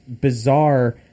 bizarre